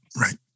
right